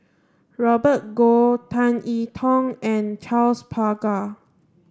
Robert Goh Tan I Tong and Charles Paglar